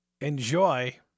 enjoy